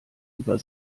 über